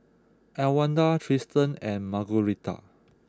Elwanda Tristan and Margueritta